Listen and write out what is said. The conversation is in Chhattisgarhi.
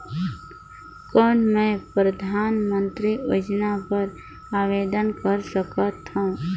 कौन मैं परधानमंतरी योजना बर आवेदन कर सकथव?